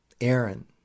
Aaron